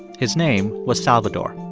his name was salvador.